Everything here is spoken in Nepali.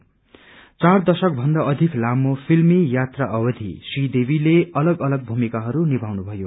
यार दशक भन्दा अधिक लामो फिल्मी बरियरको दौरान श्री देवीले अलग अलग भूमिकाहरू निभाउनु भयो